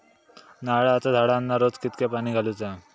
नारळाचा झाडांना रोज कितक्या पाणी घालुचा?